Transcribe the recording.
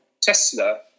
Tesla